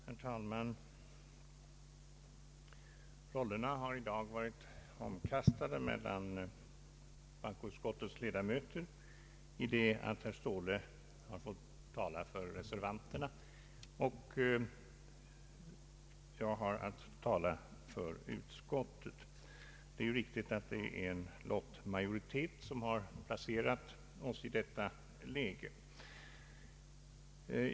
Herr talman! Rollerna har i dag blivit omkastade mellan bankoutskottets ledamöter i det att herr Ståhle har fått tala för reservanterna och jag har att tala för utskottet. Det är riktigt att det är lotten som har placerat oss i detta läge.